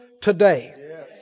today